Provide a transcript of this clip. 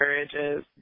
encourages